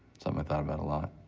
something i thought about a lot.